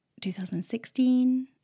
2016